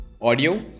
audio